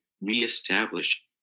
reestablish